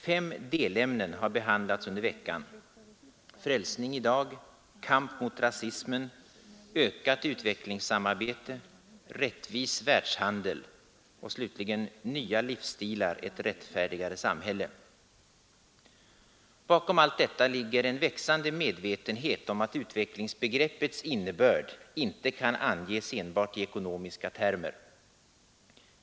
Fem delämnen har behandlats under veckan, nämligen Frälsning i dag — Kamp mot rasismen — Ökat utvecklingssamarbete — Rättvis världshandel och slutligen Nya livsstilar — ett rättfärdigare samhälle. Bakom allt detta ligger en växande medvetenhet om att utvecklingsbegreppets innebörd inte kan anges enbart i ekonomiska termer.